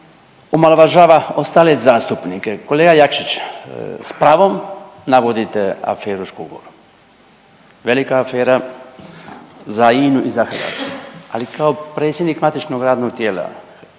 omalovažava ostale zastupnike. Kolega Jakšić s pravom navodite aferu Škugor, velika afera za Inu i za Hrvatsku, ali kao predsjednik matičnog radnog tijela